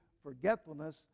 forgetfulness